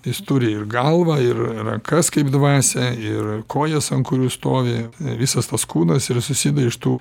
jis turi ir galvą ir rankas kaip dvasią ir kojas ant kurių stovi visas tas kūnas yra susideda iš tų